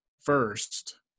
first